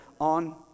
on